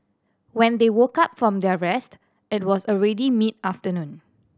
when they woke up from their rest it was already mid afternoon